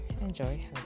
Enjoy